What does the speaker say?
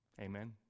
Amen